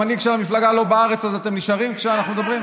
האירוניה הטרגית מתהפכת בקברה.